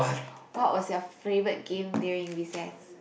what was your favourite game during recess